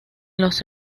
los